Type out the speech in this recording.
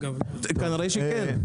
כנראה שכן.